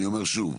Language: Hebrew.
אני אומר שוב,